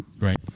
Right